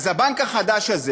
אז הבנק החדש הזה